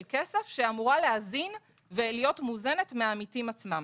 כסף שאמורה להזין ולהיות מוזנת מהעמיתים עצמם.